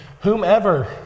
whomever